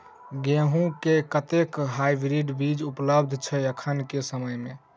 गेंहूँ केँ कतेक हाइब्रिड बीज उपलब्ध छै एखन केँ समय मे?